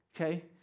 okay